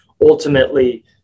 ultimately